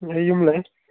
ꯂꯩ ꯌꯨꯝ ꯂꯩ